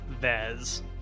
Vez